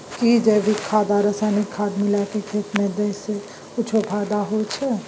कि जैविक खाद आ रसायनिक खाद मिलाके खेत मे देने से किछ फायदा होय छै?